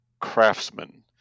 craftsman